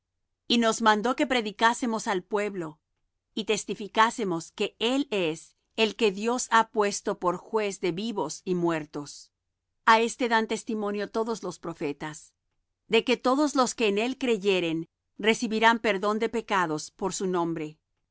y nos mandó que predicásemos al pueblo y testificásemos que él es el que dios ha puesto por juez de vivos y muertos a éste dan testimonio todos los profetas de que todos los que en él creyeren recibirán perdón de pecados por su nombre